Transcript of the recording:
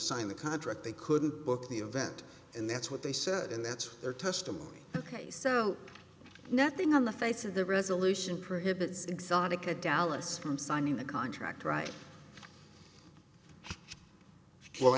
sign the contract they couldn't book the event and that's what they said and that's their testimony ok so nothing on the face of the resolution prohibits exotica dallas from signing the contract right well